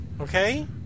Okay